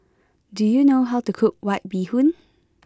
do you know how to cook White Bee Hoon